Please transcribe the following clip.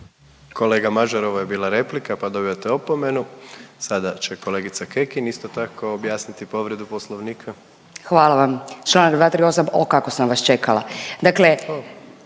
Kolega Mažar ovo je bila replika pa dobivate opomenu. Sada će kolegica Kekin isto tako objasniti povredu poslovnika. **Kekin, Ivana (NL)** Hvala vam. Čl. 238. o kako sam vas čekala,